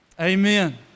Amen